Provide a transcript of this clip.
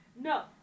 No